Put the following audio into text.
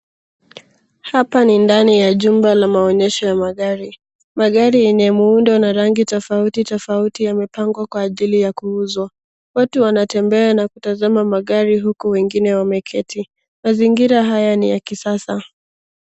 Hapa ni ndani ya jumba la maonyesho ya magari. Magari yenye muundo na rangi tofauti tofauti yamepangwa kwa ajili ya kuuzwa. Watu wanatembea wakitazama magari huku wengine wameketi. Mazingira haya ni ya kisasa.